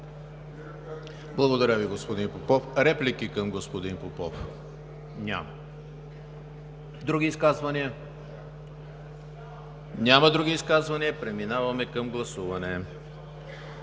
Благодаря Ви, господин Попов. Реплики към господин Попов? Няма. Други изказвания? Няма. Преминаваме към гласуване.